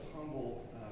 humble